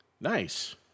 Nice